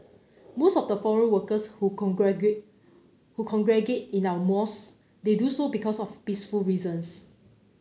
most of the foreign workers who who congregate in our mosques they do so because of peaceful reasons